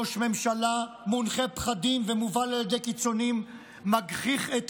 ראש ממשלה מונחה פחדים ומובל על ידי קיצוניים מגחיך את